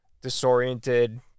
disoriented